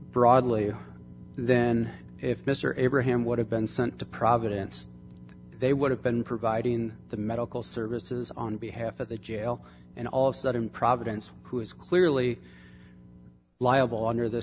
broadly then if mr abraham would have been sent to providence they would have been providing the medical services on behalf of the jail and all of sudden providence who is clearly liable under the